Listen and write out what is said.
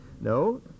No